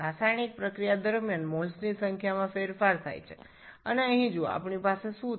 রাসায়নিক বিক্রিয়া চলাকালীন মোল সংখ্যার পরিবর্তন ঘটে এবং এখানে দেখুন আমাদের কী হচ্ছে